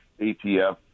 ATF